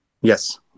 Yes